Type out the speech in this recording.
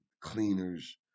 cleaners